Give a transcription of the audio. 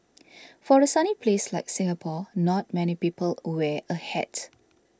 for a sunny place like Singapore not many people wear a hat